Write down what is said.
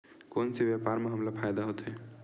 कोन से व्यापार म हमला फ़ायदा होथे?